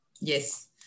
Yes